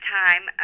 time